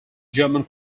german